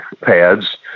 pads